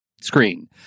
screen